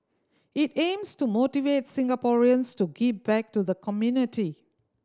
it aims to motivate Singaporeans to give back to the community